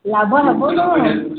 ଲାଭ ହେବ ତୁମର